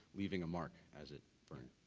leaving a mark as it burned.